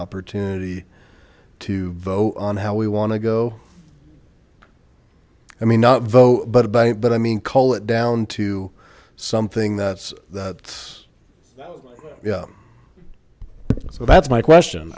opportunity to vote on how we want to go i mean not vote but but i mean call it down to something that's that's yeah so that's my question